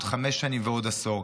בעוד חמש שנים ובעוד עשור.